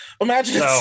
imagine